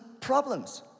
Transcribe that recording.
problems